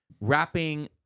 wrapping